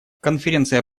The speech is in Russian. конференция